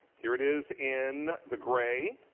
here it is in the gray.